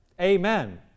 Amen